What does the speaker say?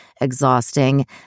exhausting